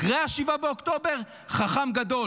אחרי 7 באוקטובר, חכם גדול.